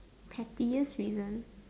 petty this reason